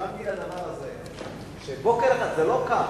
התכוונתי לדבר הזה, לא שבוקר אחד זה קם.